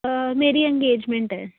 ਮੇਰੀ ਇੰਗੇਜਮੈਂਟ ਹੈ